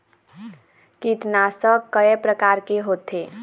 कीटनाशक कय प्रकार के होथे?